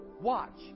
watch